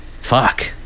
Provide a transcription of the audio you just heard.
fuck